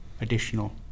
additional